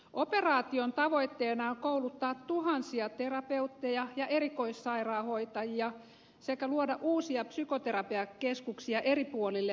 operaation tavoitteena on kouluttaa tuhansia terapeutteja ja erikoissairaanhoitajia sekä luoda uusia psykoterapiakeskuksia eri puolille maata